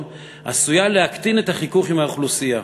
עשויה להקטין את החיכוך עם האוכלוסייה.